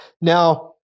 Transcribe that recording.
now